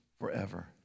forever